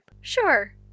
Sure